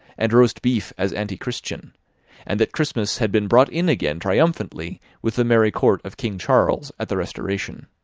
and roast beef as antichristian and that christmas had been brought in again triumphantly with the merry court of king charles at the restoration.